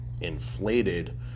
inflated